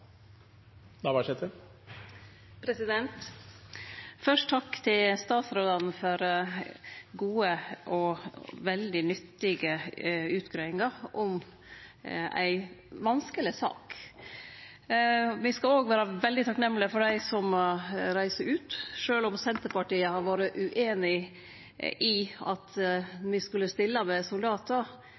hjem. Først takk til statsrådane for gode og veldig nyttige utgreiingar om ei vanskeleg sak. Me skal òg vere veldig takknemlege for dei som reiser ut. Sjølv om Senterpartiet har vore ueinig i at me skulle stille med soldatar